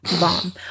Bomb